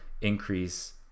increase